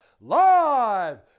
Live